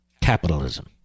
Capitalism